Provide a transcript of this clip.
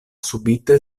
subite